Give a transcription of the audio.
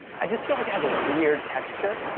i just feel like it has a weird texture.